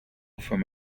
from